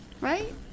right